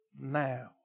now